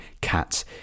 cats